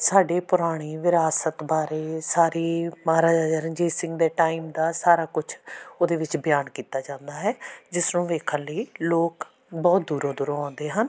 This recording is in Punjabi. ਸਾਡੇ ਪੁਰਾਣੀ ਵਿਰਾਸਤ ਬਾਰੇ ਸਾਰੇ ਮਹਾਰਾਜਾ ਰਣਜੀਤ ਸਿੰਘ ਦੇ ਟਾਈਮ ਦਾ ਸਾਰਾ ਕੁਛ ਉਹਦੇ ਵਿੱਚ ਬਿਆਨ ਕੀਤਾ ਜਾਂਦਾ ਹੈ ਜਿਸ ਨੂੰ ਦੇਖਣ ਲਈ ਲੋਕ ਬਹੁਤ ਦੂਰੋਂ ਦੂਰੋਂ ਆਉਂਦੇ ਹਨ